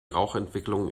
rauchentwicklung